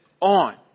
on